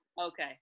okay